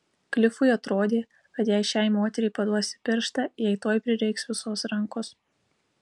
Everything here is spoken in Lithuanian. klifui atrodė kad jei šiai moteriai paduosi pirštą jai tuoj prireiks visos rankos